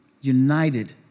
United